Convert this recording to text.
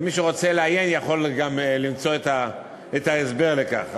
ומי שרוצה לעיין יכול גם למצוא את ההסבר לכך,